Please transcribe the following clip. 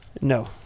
No